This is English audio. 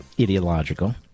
ideological